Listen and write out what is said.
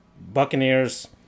Buccaneers